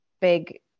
big